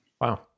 Wow